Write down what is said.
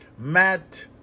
Matt